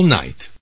night